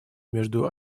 между